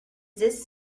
this